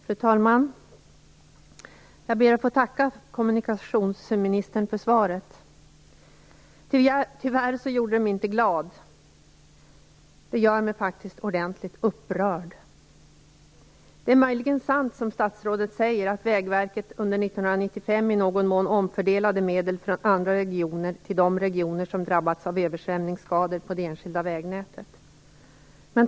Fru talman! Jag ber att få tacka kommunikationsministern för svaret. Tyvärr gjorde det mig inte glad. Det gör mig faktiskt ordentligt upprörd. Det är möjligen sant, som statsrådet säger, att Vägverket under 1995 i någon mån omfördelade medel från andra regioner till de regioner som drabbats av översvämningsskador på det enskilda vägnätet.